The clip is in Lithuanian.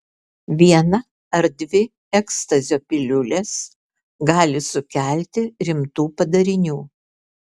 viena ar dvi ekstazio piliulės gali sukelti rimtų padarinių